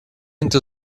into